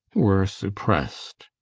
were supprest